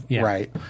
right